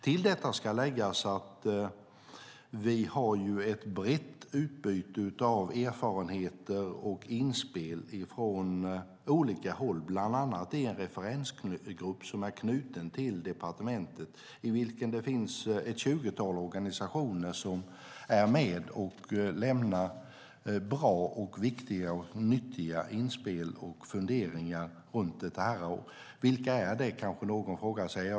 Till detta ska läggas att vi har ett brett utbyte av erfarenheter och inspel från olika håll, bland annat i en referensgrupp som är knuten till departementet i vilken ett tjugotal organisationer är med och lämnar bra, viktiga och nyttiga inspel och funderingar. Vilka är dessa?